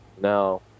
No